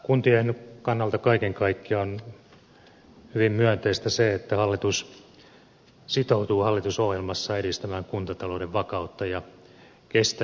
kuntien kannalta kaiken kaikkiaan on hyvin myönteistä se että hallitus sitoutuu hallitusohjelmassaan edistämään kuntatalouden vakautta ja kestävyyttä